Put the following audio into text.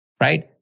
right